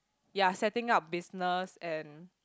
ya setting up business and